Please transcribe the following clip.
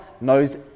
knows